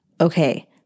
Okay